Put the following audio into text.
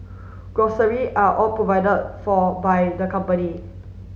grocery are all provide for by the company